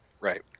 Right